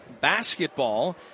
basketball